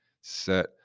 set